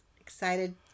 excited